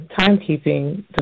timekeeping